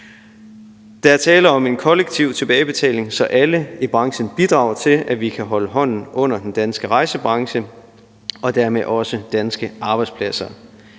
Der er tale om en kollektiv tilbagebetaling, så alle i branchen bidrager til, at vi kan holde hånden under den danske rejsebranche og dermed også danske arbejdspladser.